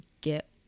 get